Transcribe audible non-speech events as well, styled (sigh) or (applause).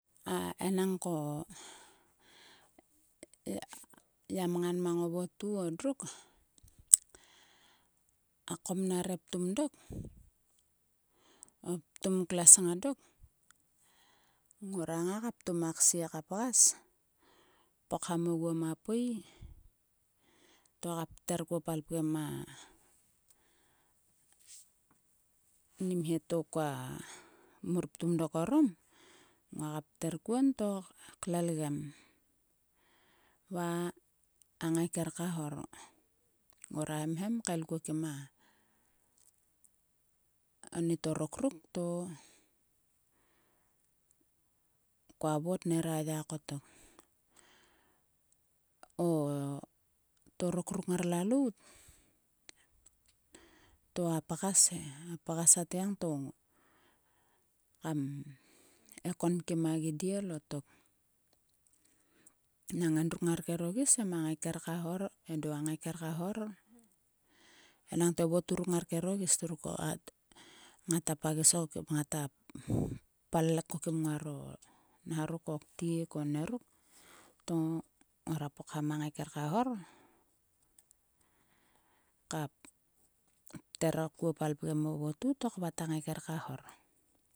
Va enangko ya mngan mang o votu o druk. A kom nare ptum dok. O ptum kles nga dok. Ngora ngai ka ptum a ksie ka pgas. pokham ogua ma pui. To ka pter kuo palpgem a ni mhe to kua mur ptum dok arom. Nguaka pter kuon to klelgem. Va a ngaiker ka hor. Ngora hemhem kael kuo kim ani torok ruk to koa vat nera ya kotok. O torok ruk ngan lalout to a pgas atgiang to kam ekon kim a gidiel o tok. Nang endruk ngar kero gis em a ngaiker ka hor. Edo a ngaiker ka hor. Enangte o votu ruk ngar kero gis ruk ngata pagis (unintelligible) ngota pallek ko kim o nharok. o ktiek onieruk. To ngora pokham a ngaiker ka hor. ka pter kuo palpgem o votu to kvat a ngaiker ka hor.